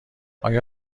آیا